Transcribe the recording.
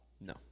No